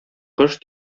кош